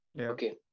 Okay